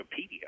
Wikipedia